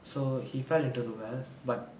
so he fell into the well but